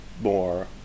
more